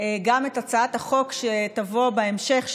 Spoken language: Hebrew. גם את הצעת החוק שתבוא בהמשך,